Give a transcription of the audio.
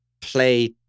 play